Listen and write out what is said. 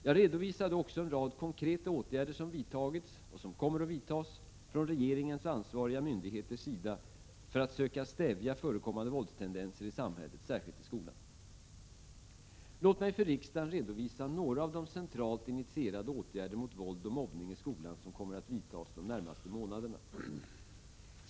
Jag redovisade då också en rad konkreta åtgärder som vidtagits — och som kommer att vidtas — från regeringens och ansvariga myndigheters sida för att söka stävja förekommande våldstendenser i samhället, särskilt i skolan. Låt mig för riksdagen redovisa några av de centralt initierade åtgärder mot våld och mobbning i skolan som kommer att vidtas under de närmaste månaderna.